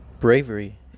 Bravery